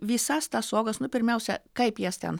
visas tas uogas nu pirmiausia kaip jas ten